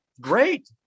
great